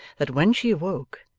that, when she awoke,